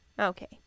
Okay